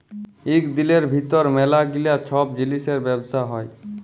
ইক দিলের ভিতর ম্যালা গিলা ছব জিলিসের ব্যবসা হ্যয়